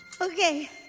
Okay